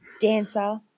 dancer